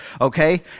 Okay